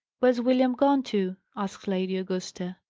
where's william gone to? asked lady augusta.